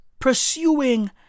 Pursuing